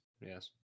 Yes